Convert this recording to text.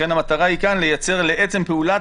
לכן המטרה כאן היא לייצר לעצם פעולת